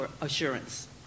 assurance